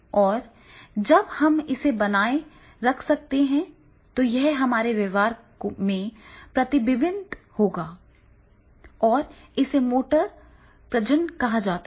और जब हम इसे बनाए रख सकते हैं तो यह हमारे व्यवहार में प्रतिबिंबित होगा और इसे मोटर प्रजनन कहा जाता है